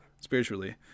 Spiritually